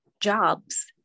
jobs